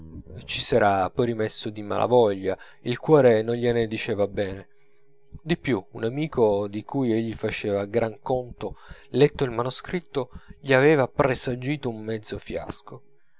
ci s'era poi rimesso di mala voglia il cuore non gliene diceva bene di più un amico di cui egli faceva gran conto letto il manoscritto gli aveva presagito un mezzo fiasco